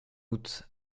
août